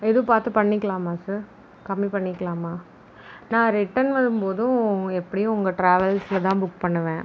எதுவும் பார்த்து பண்ணிக்லாமா சார் கம்மி பண்ணிக்லாமா நான் ரிட்டன் வரும்போதும் எப்படியும் உங்கள் ட்ராவல்ஸில்தான் புக் பண்ணுவேன்